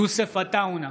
יוסף עטאונה,